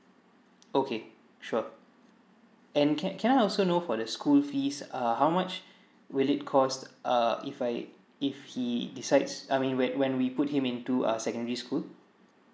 okay sure and can can I also know for the school fees uh how much will it cost uh if I if he decides I mean when when we put him into uh secondary school